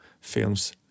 films